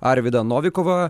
arvydą novikovą